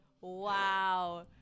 Wow